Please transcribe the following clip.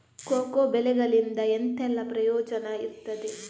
Cocoa ಬೆಳೆಗಳಿಂದ ಎಂತೆಲ್ಲ ಪ್ರಯೋಜನ ಇರ್ತದೆ?